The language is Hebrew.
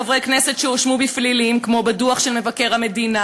חברי כנסת שהואשמו בפלילים כמו בדוח של מבקר המדינה,